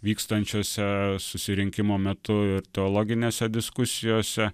vykstančiose susirinkimo metu teologinėse diskusijose